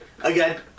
Again